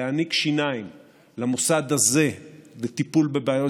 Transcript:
להעניק שיניים למוסד הזה לטיפול בבעיות